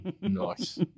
Nice